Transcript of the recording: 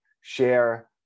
share